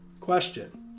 question